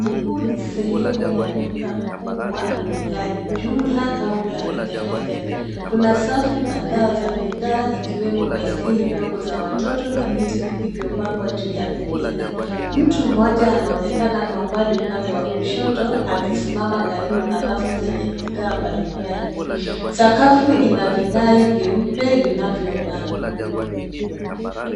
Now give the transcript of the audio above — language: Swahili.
Huu ni sehemu ya duka kubwa la jumla au la rejareja. Kuna safu kadhaa za bidhaa, ikiwemo baiskeli ndogo za watoto na viti vilivyopangwa juu ya vingine. Mtu mmoja anaonekana kwa mbali upande wa kushoto akisimama karibu na rafu zenye bidhaa mbalimbali. Sakafu ina vinai vyeupe vinavyong'aa.